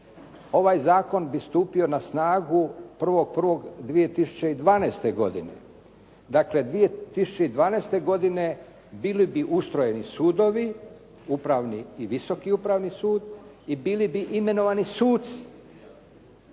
Ovaj zakon bi stupio na snagu 1.1.2012. godine. Dakle 2012. godine bili bi ustrojeni sudovi, upravni i visoki upravni sud i bili bi imenovani suci